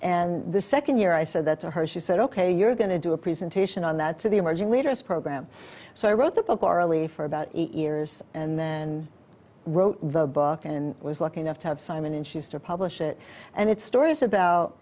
and the second year i said that's her she said ok you're going to do a presentation on that to the emerging leaders program so i wrote the book orally for about eight years and then wrote the book and was lucky enough to have simon and schuster publish it and it's stories about